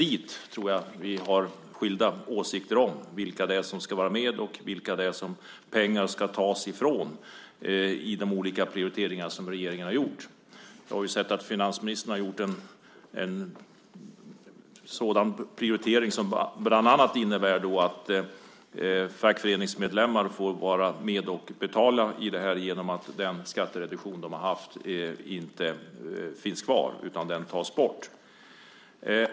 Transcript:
Däremot tror jag att vi har skilda åsikter om vägen dit - vilka som ska vara med och från vilka pengar ska tas i fråga om de olika prioriteringar som regeringen har gjort. Jag har ju sett att finansministern har gjort en prioritering som bland annat innebär att fackföreningsmedlemmar får vara med och betala här genom att den skattereduktion de haft inte får finnas kvar; den tas bort.